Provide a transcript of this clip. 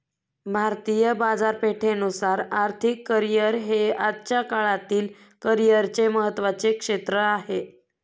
भारतीय बाजारपेठेनुसार आर्थिक करिअर हे आजच्या काळातील करिअरचे महत्त्वाचे क्षेत्र आहे